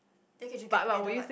then can just get together what